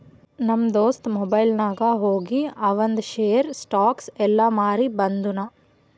ನಮ್ ದೋಸ್ತ ಮುಂಬೈನಾಗ್ ಹೋಗಿ ಆವಂದ್ ಶೇರ್, ಸ್ಟಾಕ್ಸ್ ಎಲ್ಲಾ ಮಾರಿ ಬಂದುನ್